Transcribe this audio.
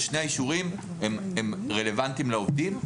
ושני האישורים רלוונטיים לעובדים,